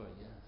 Yes